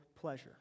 pleasure